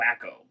wacko